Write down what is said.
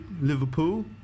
Liverpool